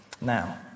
Now